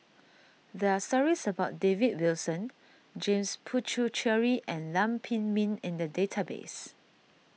there are stories about David Wilson James Puthucheary and Lam Pin Min in the database